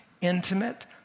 intimate